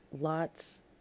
lots